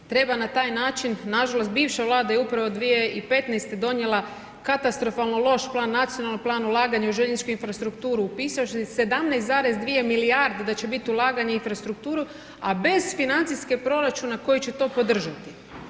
Treba na taj način, nažalost, bivša vlada je upravo 2015. donijela katastrofalno loš plan, nacionalni plan ulaganja u željezničku infrastrukturu, pisač 17,2 milijarde, da će biti ulaganje u infrastrukturu, a bez financijskog proračuna, koji će to podržati.